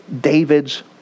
David's